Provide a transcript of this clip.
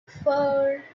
four